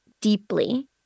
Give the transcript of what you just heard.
deeply